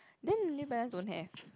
then New Balance don't have